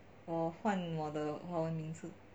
我换我的华文名字